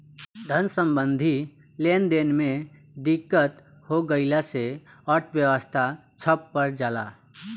धन सम्बन्धी लेनदेन में दिक्कत हो गइला से अर्थव्यवस्था ठप पर जला